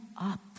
up